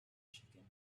chicken